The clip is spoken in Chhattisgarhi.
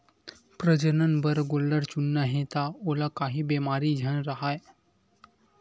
प्रजनन बर गोल्लर चुनना हे त ओला काही बेमारी झन राहय